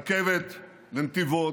רכבת לנתיבות,